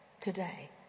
Today